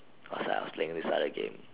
cause I was playing this other game